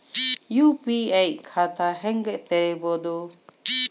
UPI ಖಾತಾ ಹೆಂಗ್ ತೆರೇಬೋದು?